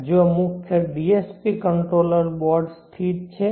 આ જ્યાં મુખ્ય DSP કંટ્રોલર બોર્ડ સ્થિત છે